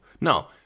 No